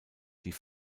die